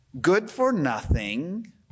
good-for-nothing